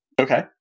Okay